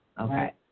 Okay